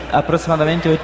aproximadamente